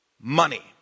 money